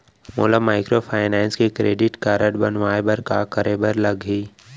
मोला माइक्रोफाइनेंस के credit card बनवाए बर का करे बर लागही?